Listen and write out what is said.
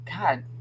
god